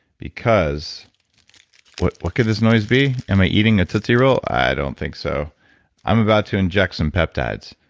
because what what could this noise be? am i eating a tootsie roll? i don't think so i'm about to inject some peptides.